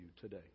today